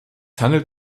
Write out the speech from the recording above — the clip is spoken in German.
handelt